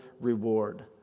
reward